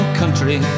country